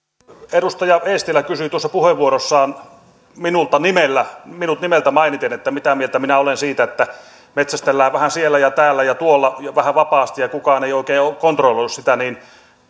edustaja eestilä kysyi puheenvuorossaan minulta minut nimeltä mainiten mitä mieltä minä olen siitä että metsästellään vähän siellä ja täällä ja tuolla vähän vapaasti ja kukaan ei oikein ole kontrolloinut sitä